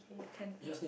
can lah